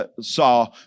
saw